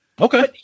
Okay